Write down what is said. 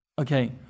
Okay